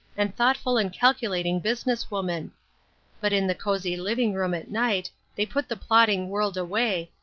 and thoughtful and calculating business woman but in the cozy living-room at night they put the plodding world away,